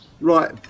Right